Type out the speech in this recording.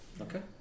Okay